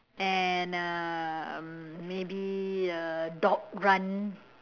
and uh maybe a dog run